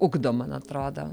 ugdom man atrodo